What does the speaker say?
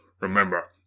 Remember